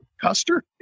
Custer